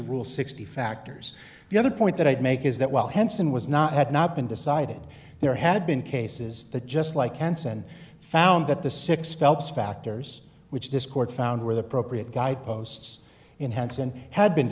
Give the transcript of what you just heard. the rule sixty factors the other point that i'd make is that while henson was not had not been decided there had been cases that just like hansen found that the six phelps factors which this court found with appropriate guideposts in hansen had been